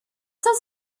does